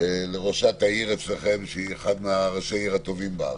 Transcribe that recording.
לראשת העיר אצלכם שהיא אחת מראשי העיר הטובים בארץ.